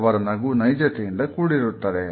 ಅವರ ನಗು ನೈಜತೆಯಿಂದ ಕೂಡಿರುತ್ತದೆ